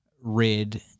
red